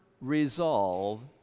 resolve